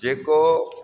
जेको